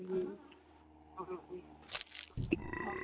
हाँ ठीक हाँ